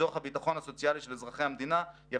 לצורך הביטחון הסוציאלי של אזרחי המדינה יבטיחו